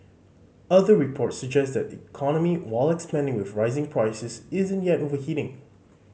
other reports suggest the economy while expanding with rising prices isn't yet overheating